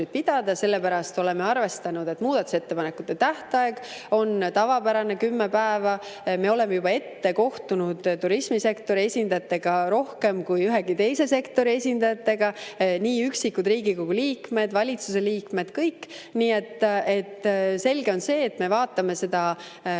pidada, ja sellepärast oleme arvestanud, et muudatusettepanekute tähtaeg on tavapärane kümme päeva. Me oleme juba ette kohtunud turismisektori esindajatega rohkem kui ühegi teise sektori esindajatega – nii üksikud Riigikogu liikmed, valitsusliikmed, kõik. Nii et selge on see, et me vaatame seda